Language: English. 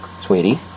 sweetie